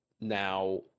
now